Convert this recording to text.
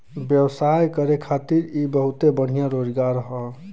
व्यवसाय करे खातिर इ बहुते बढ़िया रोजगार हौ